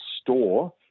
store